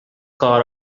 car